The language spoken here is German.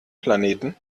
planeten